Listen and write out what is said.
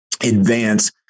advance